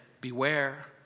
beware